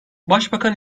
başbakan